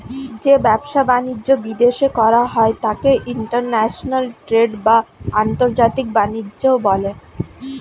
যে ব্যবসা বাণিজ্য বিদেশে করা হয় তাকে ইন্টারন্যাশনাল ট্রেড বা আন্তর্জাতিক বাণিজ্য বলে